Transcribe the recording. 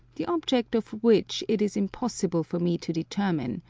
the object of which it is impossible for me to determine,